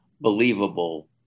believable